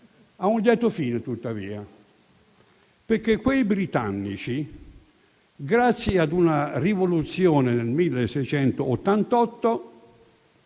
ha un lieto fine, perché quei britannici, grazie a una rivoluzione nel 1688,